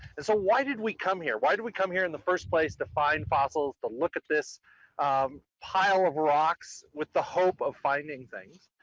and so why did we come here? why did we come here in the first place to find fossils, to look at this pile of rocks, with the hope of finding things?